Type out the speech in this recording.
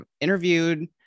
interviewed